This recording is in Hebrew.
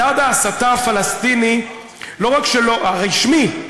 מדד ההסתה הפלסטינית הרשמית,